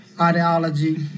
ideology